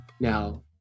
Now